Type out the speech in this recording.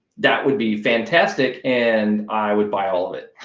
that would be fantastic and i would buy all of it.